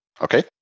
Okay